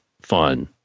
fun